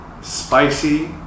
spicy